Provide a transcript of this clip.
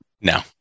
no